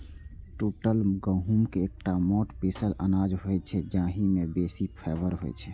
टूटल गहूम एकटा मोट पीसल अनाज होइ छै, जाहि मे बेसी फाइबर होइ छै